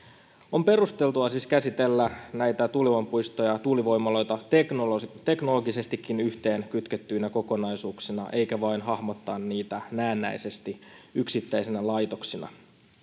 on perusteltua siis käsitellä näitä tuulivoimapuistoja ja tuulivoimaloita teknologisesti teknologisesti yhteen kytkettyinä kokonaisuuksina eikä vain hahmottaa niitä näennäisesti yksittäisinä laitoksina